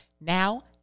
Now